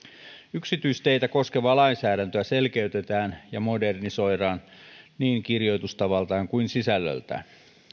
yksityisteitä koskevaa lainsäädäntöä selkeytetään ja modernisoidaan niin kirjoitustavaltaan kuin sisällöltään